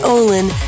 Olin